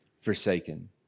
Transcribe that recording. forsaken